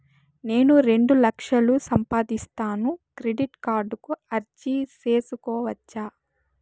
నేను రెండు లక్షలు సంపాదిస్తాను, క్రెడిట్ కార్డుకు అర్జీ సేసుకోవచ్చా?